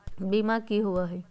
बीमा की होअ हई?